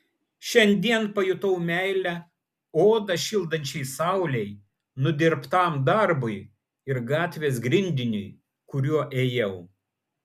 šiandien pajutau meilę odą šildančiai saulei nudirbtam darbui ir gatvės grindiniui kuriuo ėjau